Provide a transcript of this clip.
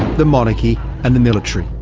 the monarchy and the military.